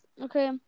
Okay